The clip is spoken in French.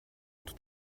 tout